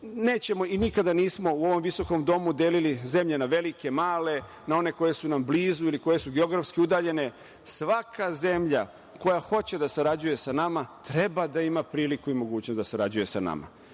Nećemo i nikada nismo u ovom visokom domu delili zemlje na velike, male, na one koje su nam blizu ili koje su geografski udaljene. Svaka zemlja koja hoće da sarađuje sa nama treba da ima priliku i mogućnost da sarađuje sa nama. Svaki